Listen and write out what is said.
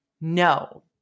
No